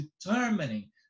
determining